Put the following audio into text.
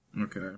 Okay